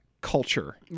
culture